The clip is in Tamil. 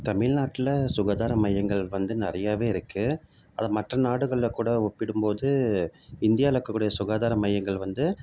தமிழ்நாட்டுல சுகாதார மையங்கள் வந்து நிறையாவே இருக்குது அதை மற்ற நாடுகளில் கூட ஒப்பிடும் போது இந்தியாவில் இருக்கக்கூடிய சுகாதார மையங்கள் வந்து